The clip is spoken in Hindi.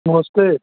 नमस्ते